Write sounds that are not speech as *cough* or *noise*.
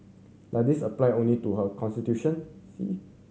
does this apply only to her *unintelligible*